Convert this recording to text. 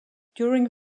during